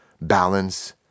balance